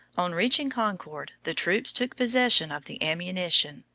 on reaching concord, the troops took possession of the ammunition,